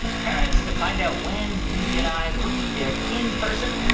parents, to find out when mindy and i will be there in person,